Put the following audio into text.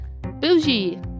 Bougie